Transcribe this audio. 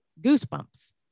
goosebumps